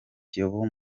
kiyovu